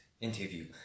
interview